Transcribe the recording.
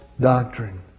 doctrine